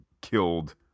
killed